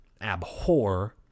abhor